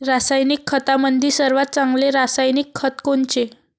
रासायनिक खतामंदी सर्वात चांगले रासायनिक खत कोनचे?